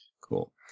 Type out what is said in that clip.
Cool